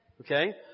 Okay